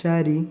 ଚାରି